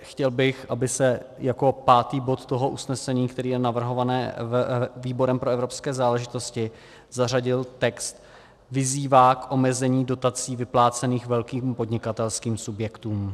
Chtěl bych, aby se jako pátý bod usnesení, které je navrhováno výborem pro evropské záležitosti, zařadil text: vyzývá k omezení dotací vyplácených velkým podnikatelským subjektům.